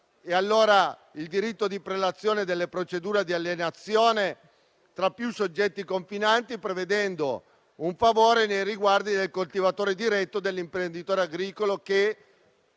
sostiene il diritto di prelazione nelle procedure di alienazione tra più soggetti confinanti, prevedendo un favore nei riguardi del coltivatore diretto o dell'imprenditore agricolo che